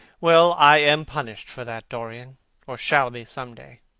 well, i am punished for that, dorian or shall be some day.